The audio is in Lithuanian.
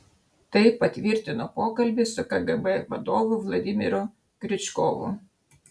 tai patvirtino pokalbis su kgb vadovu vladimiru kriučkovu